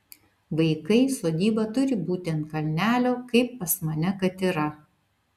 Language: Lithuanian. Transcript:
vaikai sodyba turi būti ant kalnelio kaip pas mane kad yra